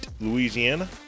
Louisiana